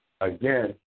again